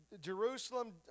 Jerusalem